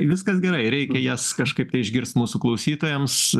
viskas gerai reikia jas kažkaip tai išgirst mūsų klausytojams